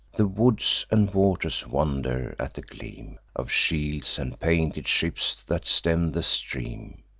the woods and waters wonder at the gleam of shields, and painted ships that stem the stream.